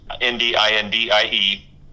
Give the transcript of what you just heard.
N-D-I-N-D-I-E